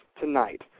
tonight